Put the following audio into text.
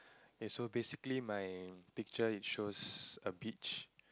okay so basically my picture it shows a beach